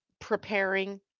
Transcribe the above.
preparing